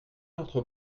entre